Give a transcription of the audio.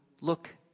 look